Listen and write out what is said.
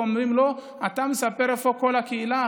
ואומרים לו: אתה מספר איפה כל הקהילה,